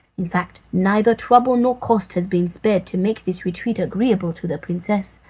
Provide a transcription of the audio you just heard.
in fact, neither trouble nor cost has been spared to make this retreat agreeable to the princess.